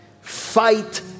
Fight